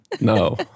No